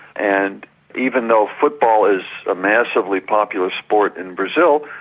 and even though football is a massively popular sport in brazil,